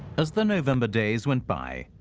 as the november days went by,